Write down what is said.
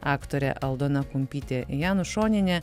aktorė aldona kumpytė janušonienė